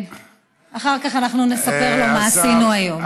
אחר כך אנחנו נספר לו מה עשינו היום.